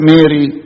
Mary